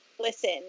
Listen